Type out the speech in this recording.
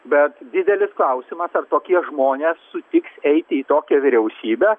bet didelis klausimas ar tokie žmonės sutiks eiti į tokią vyriausybę